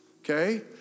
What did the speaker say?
Okay